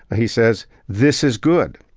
he says, this is good,